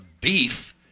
beef